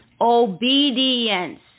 Obedience